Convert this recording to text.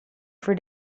for